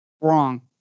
Wrong